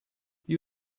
you